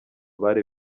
bari